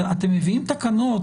אתם מביאים תקנות,